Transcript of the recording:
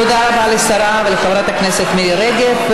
תודה רבה לשרה ולחברת הכנסת מירי רגב.